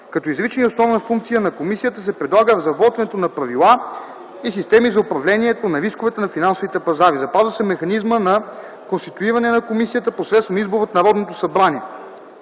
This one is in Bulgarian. Като изрична и основна функция на комисията се предлага разработването на правила и системи за управлението на рисковете на финансовите пазари. Запазва се механизмът на конституиране на комисията посредством избор от Народното събрание.